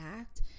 act